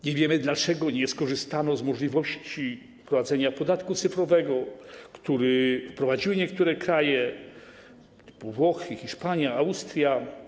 Nie wiemy, dlaczego nie skorzystano z możliwości wprowadzenia podatku cyfrowego, który wprowadziły niektóre kraje typu: Włochy, Hiszpania, Austria.